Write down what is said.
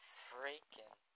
freaking